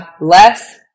less